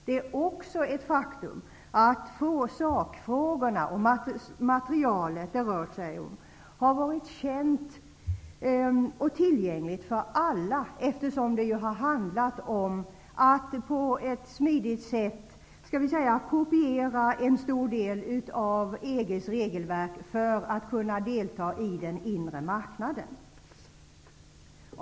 Det är också ett faktum att sakfrågorna har varit kända och att materialet som det rör sig om har varit känt och tillgängligt för alla. Det har ju handlat om att på ett smidigt sätt ''kopiera'' en stor del av EG:s regelverk för att kunna delta i den inre marknaden.